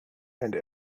and